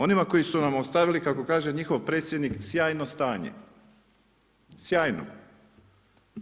Onima koji su nam ostavili kako kaže njihov predsjednik sjajno stanje, sjajno.